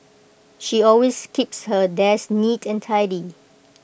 she always keeps her desk neat and tidy